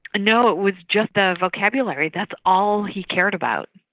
no, it was just the vocabulary. that's all he cared about,